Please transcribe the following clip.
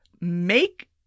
Make